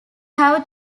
have